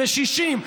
ו-60,